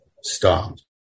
stopped